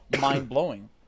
mind-blowing